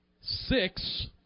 Six